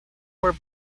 were